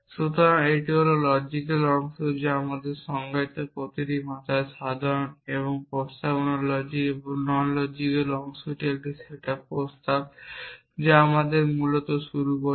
সুতরাং এটি হল লজিক্যাল অংশ যা আমরা সংজ্ঞায়িত প্রতিটি ভাষায় সাধারণ এবং প্রস্তাবনা লজিক এবং নন লজিকাল অংশটি একটি সেটআপ প্রস্তাব যা আমরা মূলত শুরু করি